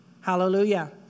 Hallelujah